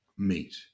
meet